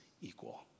equal